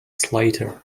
slater